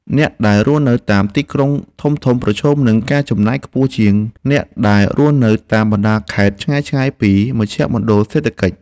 អ្នកដែលរស់នៅតាមទីក្រុងធំៗប្រឈមនឹងការចំណាយខ្ពស់ជាងអ្នកដែលរស់នៅតាមបណ្តាខេត្តឆ្ងាយៗពីមជ្ឈមណ្ឌលសេដ្ឋកិច្ច។